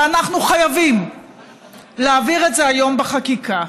ואנחנו חייבים להעביר את זה היום בחקיקה.